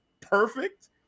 perfect